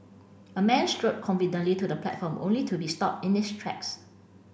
a man strode confidently to the platform only to be stopped in his tracks